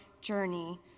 journey